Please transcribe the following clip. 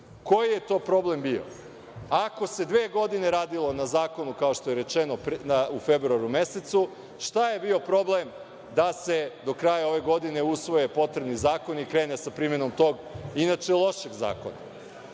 Koji je to problem bio? Ako se dve godine radilo na zakonu, kao što je rečeno u februaru mesecu, šta je bio problem da se do kraja ove godine usvoje potrebni zakoni i krene sa primenom tog, inače lošeg